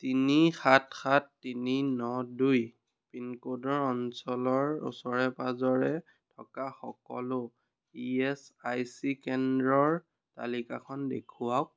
তিনি সাত সাত তিনি ন দুই পিনক'ডৰ অঞ্চলৰ ওচৰে পাঁজৰে থকা সকলো ই এচ আই চি কেন্দ্ৰৰ তালিকাখন দেখুৱাওক